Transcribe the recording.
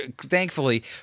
thankfully